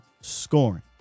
scoring